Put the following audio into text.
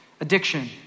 Addiction